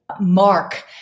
mark